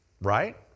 right